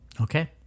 okay